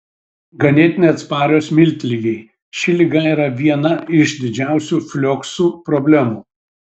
ganėtinai atsparios miltligei ši liga yra viena iš didžiausių flioksų problemų